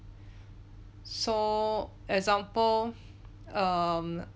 so example um